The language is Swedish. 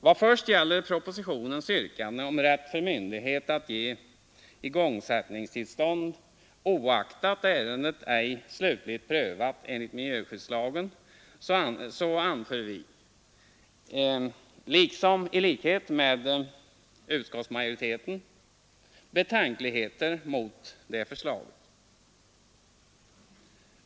Vad först gäller propositionens yrkande om rätt för myndighet att ge igångsättningstillstånd, oaktat ärendet ej slutligt prövats enligt miljöskyddslagen, så anför vi — i likhet med utskottsmajoriteten — betänkligheter mot detta förslag.